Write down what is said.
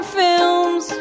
films